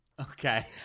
Okay